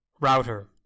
router